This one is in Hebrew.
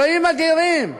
אלוהים אדירים.